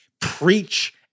preach